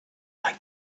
again